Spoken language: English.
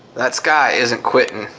that sky isn't quitting.